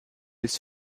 ist